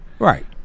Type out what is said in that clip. Right